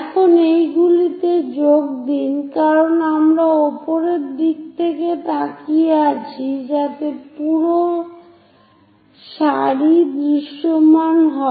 এখন এইগুলিতে যোগ দিন কারণ আমরা উপরের দিক থেকে তাকিয়ে আছি যাতে পুরো সারি দৃশ্যমান হয়